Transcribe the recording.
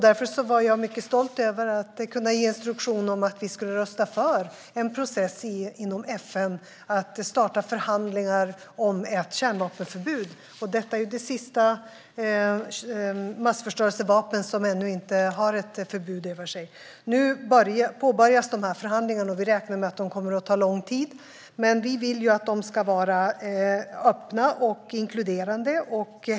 Därför var jag mycket stolt över att kunna ge instruktion om att vi skulle rösta för en process inom FN för att starta förhandlingar om ett kärnvapenförbud. Detta är det sista massförstörelsevapen som ännu inte har ett förbud över sig. Nu påbörjas de här förhandlingarna. Vi räknar med att de kommer att ta lång tid, men vi vill att de ska vara öppna och inkluderande.